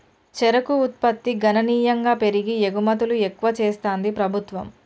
చెరుకు ఉత్పత్తి గణనీయంగా పెరిగి ఎగుమతులు ఎక్కువ చెస్తాంది ప్రభుత్వం